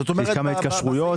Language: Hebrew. ההתקשרויות.